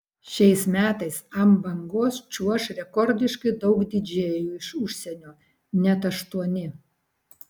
šiais metais ant bangos čiuoš rekordiškai daug didžėjų iš užsienio net aštuoni